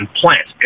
plant